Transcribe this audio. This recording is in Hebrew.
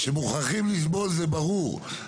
שמוכרחים לסבול זה ברור.